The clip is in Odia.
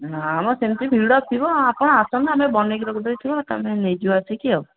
ନା ମ ସେମିତି ଭିଡ଼ ଥିବ ଆପଣ ଆସନ୍ତୁ ଆମେ ବନାଇକି ରଖି ଦେଇଥିବା ତୁମେ ନେଇଯିବ ଆସିକି ଆଉ